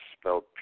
spelled